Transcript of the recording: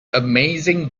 amazing